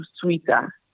sweeter